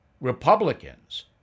Republicans